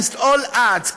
against all odds,